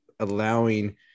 Allowing